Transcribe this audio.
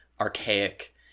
archaic